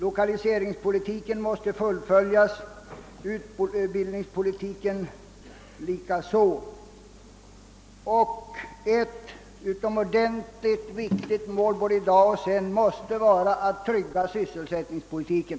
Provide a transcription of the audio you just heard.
Lokaliseringspolitiken måste fullföljas, utbildningspolitiken likaså. Ett utomordentligt viktigt mål både nu och framdeles måste vara att trygga sysselsättningen.